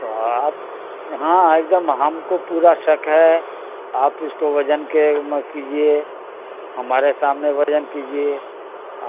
تو آپ ہاں ایک دم ہم کو پورا شک ہے آپ اس کو وزن کے اوما کیجیے ہمارے سامنے وزن کیجیے